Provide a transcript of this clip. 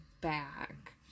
back